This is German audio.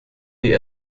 die